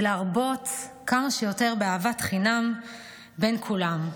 להרבות כמה שיותר באהבת חינם בין כולם.